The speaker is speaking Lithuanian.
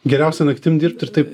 geriausia naktim dirbti ir taip